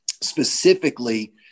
specifically